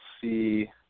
see